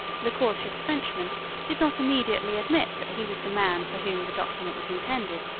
the cautious frenchman did not immediately admit that he was the man for whom the document was intended,